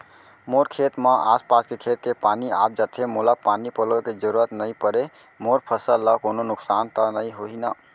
मोर खेत म आसपास के खेत के पानी आप जाथे, मोला पानी पलोय के जरूरत नई परे, मोर फसल ल कोनो नुकसान त नई होही न?